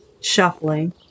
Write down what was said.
shuffling